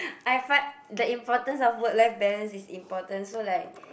I find the importance of work life balance is important so like